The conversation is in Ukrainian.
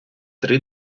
три